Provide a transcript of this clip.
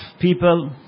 people